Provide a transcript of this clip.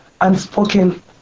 unspoken